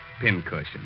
pincushion